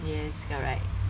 yes correct